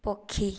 ପକ୍ଷୀ